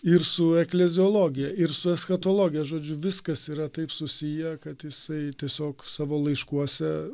ir su ekleziologija ir su eschatologija žodžiu viskas yra taip susiję kad jisai tiesiog savo laiškuose